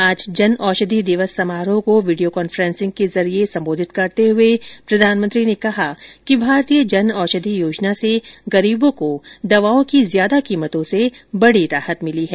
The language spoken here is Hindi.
आज जन औषधि दिवस समारोह को वीडियो कॉन्फ्रेंसिंग के जरिए संबोधित करते हुए प्रधानमंत्री ने कहा कि भारतीय जन औषधि योजना से गरीबों को दवाओं की ज्यादा कीमतों से बड़ी राहत मिली है